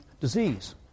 disease